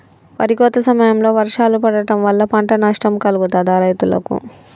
వరి కోత సమయంలో వర్షాలు పడటం వల్ల పంట నష్టం కలుగుతదా రైతులకు?